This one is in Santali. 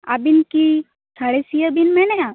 ᱟᱹᱵᱤᱱ ᱠᱤ ᱥᱟᱬᱮᱥᱤᱭᱟᱹ ᱵᱤᱱ ᱢᱮᱱᱮᱫᱼᱟ